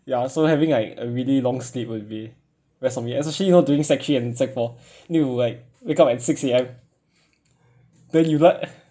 ya so having like a really long sleep will be best for me especially you all doing sec three and sec four need to like wake up at six A_M then you like